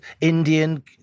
Indian